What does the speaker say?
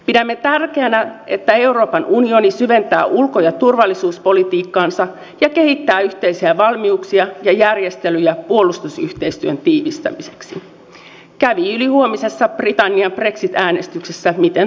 pidämme tärkeänä että euroopan unioni syventää ulko ja turvallisuuspolitiikkaansa ja kehittää yhteisiä valmiuksia ja järjestelyjä puolustusyhteistyön tiivistämiseksi kävi ylihuomisessa britannian brexit äänestyksessä miten tahansa